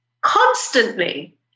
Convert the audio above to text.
constantly